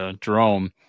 Jerome